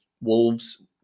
Wolves